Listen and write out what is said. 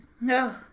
No